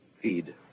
feed